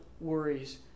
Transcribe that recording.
worries